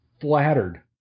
flattered